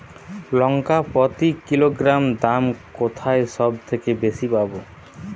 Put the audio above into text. লঙ্কা প্রতি কিলোগ্রামে দাম কোথায় সব থেকে বেশি পাব?